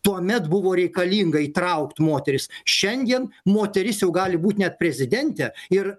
tuomet buvo reikalinga įtraukt moteris šiandien moteris jau gali būt net prezidentė ir